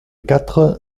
quatre